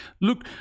look